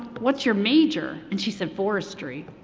what's your major? and she said forestry.